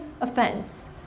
Offense